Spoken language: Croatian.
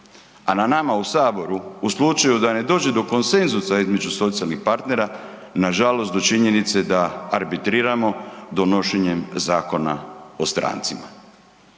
a na nama u saboru u slučaju da ne dođe do konsenzusa između socijalnih partnera nažalost do činjenice da arbitriramo donošenjem Zakona o strancima.